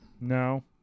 No